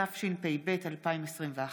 התשפ"ב 2021,